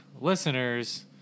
listeners